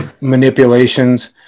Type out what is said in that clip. manipulations